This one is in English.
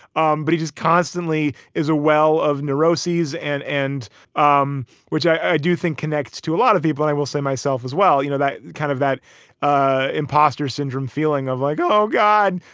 um but he just constantly is a well of neuroses and and um which i do think connects to a lot of people. i will say myself as well you know, that kind of that ah imposter syndrome feeling of i go, oh, god,